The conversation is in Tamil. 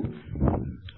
1 i